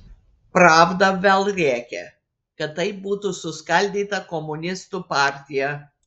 pravda vėl rėkia kad taip būtų suskaldyta komunistų partija